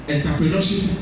Entrepreneurship